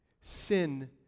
sin